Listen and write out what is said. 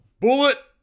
Bullet